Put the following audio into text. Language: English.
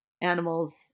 animals